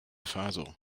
faso